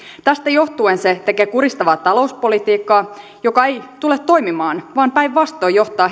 tästä johtuen se tekee kurjistavaa talouspolitiikkaa joka ei tule toimimaan vaan päinvastoin johtaa